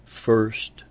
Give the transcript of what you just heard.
first